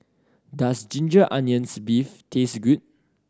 does ginger onions beef taste good